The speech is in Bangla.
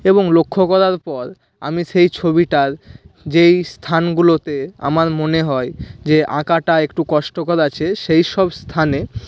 এবং লক্ষ্য করার পর আমি সেই ছবিটার যেই স্থানগুলোতে আমার মনে হয় যে আঁকাটা একটু কষ্টকর আছে সেই সব স্থানে